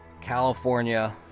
California